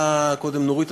שאמרה קודם נורית,